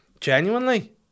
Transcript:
Genuinely